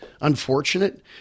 unfortunate